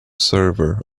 server